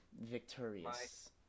victorious-